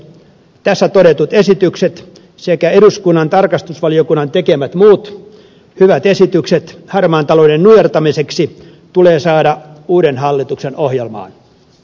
tässä todetut esitykset sekä eduskunnan tarkastusvaliokunnan tekemät muut hyvät esitykset harmaan talouden nujertamiseksi tulee saada uuden hallituksen ohjelmaan